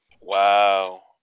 Wow